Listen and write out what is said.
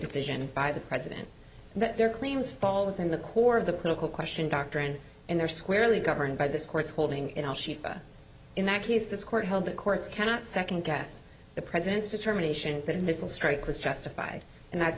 decision by the president that their claims fall within the core of the political question doctrine and they're squarely governed by this court's holding in that case this court held the courts cannot second guess the president's determination that missile strike was justified and that's